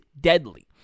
deadly